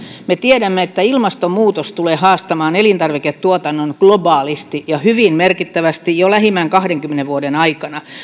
me tiedämme että ilmastonmuutos tulee haastamaan elintarviketuotannon globaalisti ja hyvin merkittävästi jo lähimmän kahdenkymmenen vuoden aikana